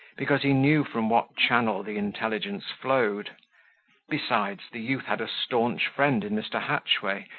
because he knew from what channel the intelligence flowed besides, the youth had a staunch friend in mr. hatchway,